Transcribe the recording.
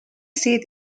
seat